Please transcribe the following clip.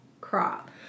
crop